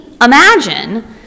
imagine